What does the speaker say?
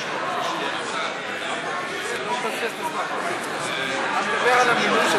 אתה מדבר על המינוי?